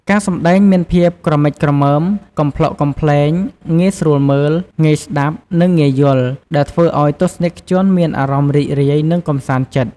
ការសម្តែងមានភាពក្រមិចក្រមើម កំប្លុកកំប្លែង ងាយស្រួលមើល ងាយស្តាប់ និងងាយយល់ ដែលធ្វើឱ្យទស្សនិកជនមានអារម្មណ៍រីករាយ និងកម្សាន្តចិត្ត ។